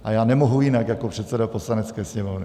A já nemohu jinak jako předseda Poslanecké sněmovny.